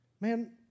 man